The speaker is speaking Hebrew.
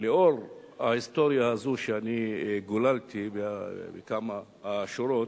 לאור ההיסטוריה הזו שאני גוללתי בכמה שורות,